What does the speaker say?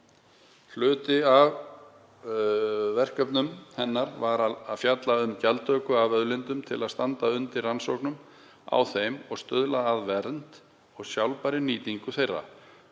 Hluti af verkefnum hennar var að fjalla um gjaldtöku af auðlindum til að standa undir rannsóknum á þeim og stuðla að vernd og sjálfbærri nýtingu þeirra,